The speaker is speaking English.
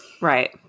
Right